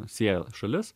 sieja šalis